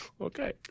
Okay